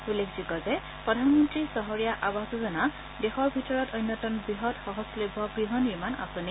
উল্লেখযোগ্য যে প্ৰধানমন্ত্ৰী চহৰীয়া আৱাস যোজনা দেশৰ ভিতৰত অন্যতম বৃহৎ সহজলভ্য গহ নিৰ্মাণ আঁচনি